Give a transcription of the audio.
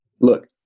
Look